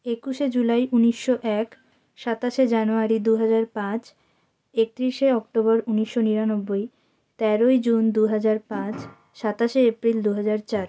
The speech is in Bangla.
একুশে জুলাই উনিশশো এক সাতাশে জানুয়ারি দু হাজার পাঁচ একত্রিশে অক্টোবর উনিশশো নিরানব্বই তেরোই জুন দু হাজার পাঁচ সাতাশে এপ্রিল দু হাজার চার